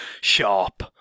sharp